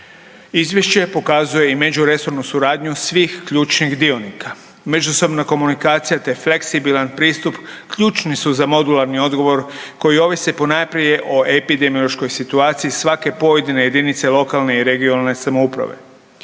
Izvješće pokazuje i međuresornu suradnju svih ključnih dionika. Međusobna komunikacija te fleksibilan pristup, ključni su za modularni odgovor koji ovise ponajprije o epidemiološkoj situaciji svake pojedine jedinice lokalne i regionalne samouprave.